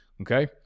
okay